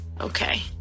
Okay